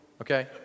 Okay